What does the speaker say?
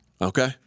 Okay